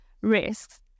risks